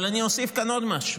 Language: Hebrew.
אבל אני אוסיף כאן עוד משהו: